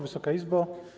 Wysoka Izbo!